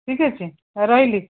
ଠିକ ଅଛି ହେଉ ରହିଲି